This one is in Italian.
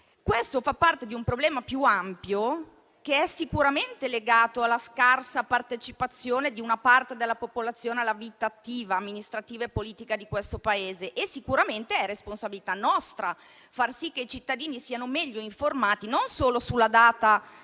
Ciò fa parte di un problema più ampio che è sicuramente legato alla scarsa partecipazione di una parte della popolazione alla vita attiva amministrativa e politica di questo Paese. E sicuramente è responsabilità nostra far sì che i cittadini siano meglio informati non solo sulla data